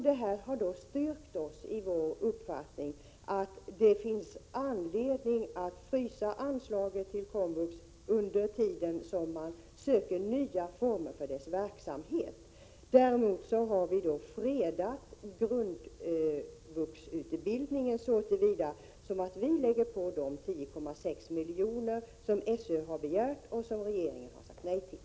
Det här har styrkt oss i vår uppfattning att det finns anledning att frysa anslagen till komvux under tiden som man söker nya former för denna verksamhet. Däremot har vi fredat grundvuxutbildningen så till vida som att vi lägger på de 10,6 miljoner som SÖ har begärt och som regeringen har sagt nej till.